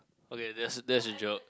okay that's a that's a joke